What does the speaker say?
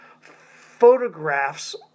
photographs